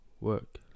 Work